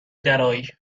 درای